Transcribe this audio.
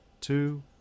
two